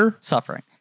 suffering